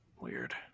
Weird